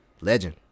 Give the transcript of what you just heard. Legend